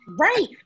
right